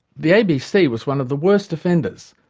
the abc was one of the worst offenders,